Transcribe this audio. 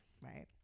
right